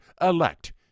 Elect